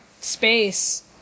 space